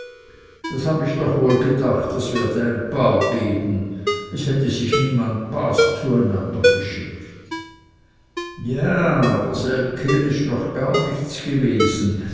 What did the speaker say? das hab ich doch wohl gedacht das werde ein paar geben es hätte sich niemand bas zu einander geschickt ja aber selb kehr ist noch gar nichts gewesen